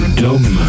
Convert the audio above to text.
dumb